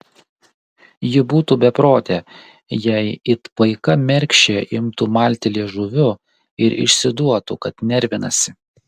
ji būtų beprotė jei it paika mergšė imtų malti liežuviu ir išsiduotų kad nervinasi